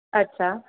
અચ્છા